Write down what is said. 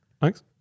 Thanks